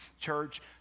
Church